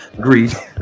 Greece